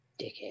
dickhead